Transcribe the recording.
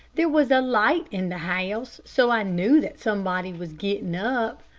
there was a light in the house, so i knew that somebody was getting up.